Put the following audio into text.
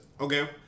Okay